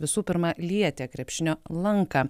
visų pirma lietė krepšinio lanką